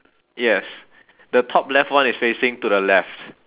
yes the top left one is facing to the left